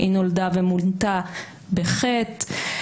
היא נולדה ומונתה בחטא.